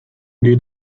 geht